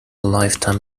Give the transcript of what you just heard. lifetime